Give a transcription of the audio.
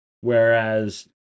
whereas